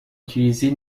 utilisée